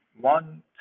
one